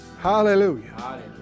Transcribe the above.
Hallelujah